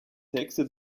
texte